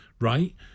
right